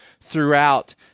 throughout